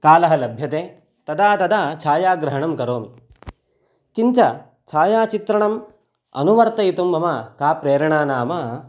कालः लभ्यते तदा तदा छायाग्रहणं करोमि किञ्च छायाचित्रणम् अनुवर्तयितुं मम का प्रेरणा नाम